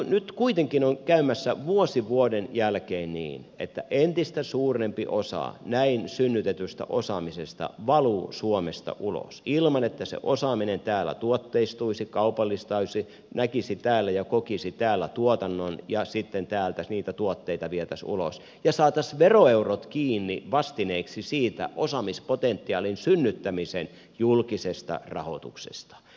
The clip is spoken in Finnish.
nyt kuitenkin on käymässä vuosi vuoden jälkeen niin että entistä suurempi osa näin synnytetystä osaamisesta valuu suomesta ulos ilman että se osaaminen täällä tuotteistuisi kaupallistuisi näkisi täällä ja kokisi täällä tuotannon ja sitten täältä niitä tuotteita vietäisiin ulos ja saataisiin veroeurot kiinni vastineeksi siitä osaamispotentiaalin synnyttämisen julkisesta rahoituksesta